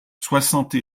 soixante